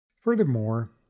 Furthermore